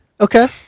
Okay